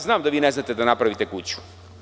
Znam da ne znate da napravite kuću.